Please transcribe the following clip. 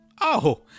Oh